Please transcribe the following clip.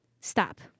stop